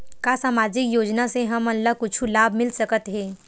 का सामाजिक योजना से हमन ला कुछु लाभ मिल सकत हे?